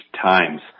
times